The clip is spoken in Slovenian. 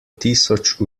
tisoč